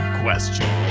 question